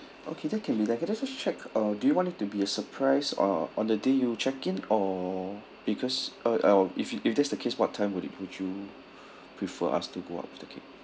okay that can be done can I just check uh do you want it to be a surprise uh on the day you check in or because uh uh if you if that's the case what time would you would you prefer us to go up with the cake